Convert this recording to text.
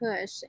push